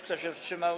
Kto się wstrzymał?